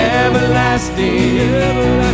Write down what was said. everlasting